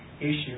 issue